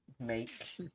make